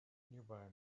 nearby